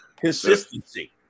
consistency